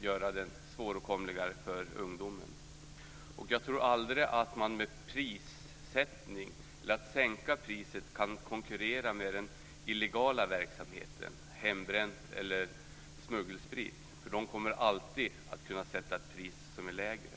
göra alkoholen svåråtkomligare för ungdomen. Och jag tror aldrig att man med prissättning, genom att sänka priset, kan konkurrera med den illegala verksamheten: hembränt eller smuggelsprit. De som säljer sådan sprit kommer alltid att kunna sätta ett pris som är lägre.